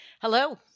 Hello